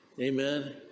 Amen